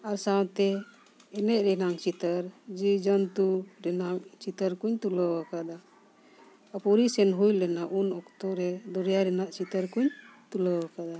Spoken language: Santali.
ᱟᱨ ᱥᱟᱶᱛᱮ ᱮᱱᱮᱡ ᱨᱮᱱᱟᱝ ᱪᱤᱛᱟᱹᱨ ᱡᱤᱣᱤ ᱡᱚᱱᱛᱩ ᱨᱮᱱᱟᱜ ᱪᱤᱛᱟᱹᱨ ᱠᱩᱧ ᱛᱩᱞᱟᱹᱣ ᱟᱠᱟᱫᱟ ᱯᱩᱨᱤ ᱥᱮᱱ ᱦᱩᱭ ᱞᱮᱱᱟ ᱩᱱ ᱚᱠᱛᱚ ᱨᱮ ᱫᱚᱨᱭᱟ ᱨᱮᱱᱟᱜ ᱪᱤᱛᱟᱹᱨ ᱠᱚᱧ ᱛᱩᱞᱟᱹᱣ ᱟᱠᱟᱫᱟ